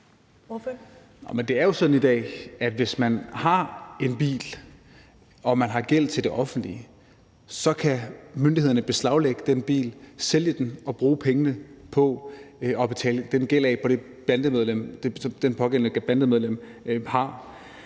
det er jo sådan i dag, at hvis man har en bil og man har gæld til det offentlige, kan myndighederne beslaglægge den bil, sælge den og bruge pengene til at betale den gæld af, som det pågældende bandemedlem har.